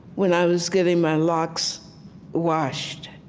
when i was getting my locks washed,